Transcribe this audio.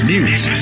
News